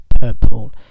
*Purple*